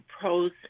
pros